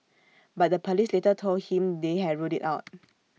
but the Police later told him they had ruled IT out